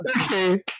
Okay